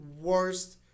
worst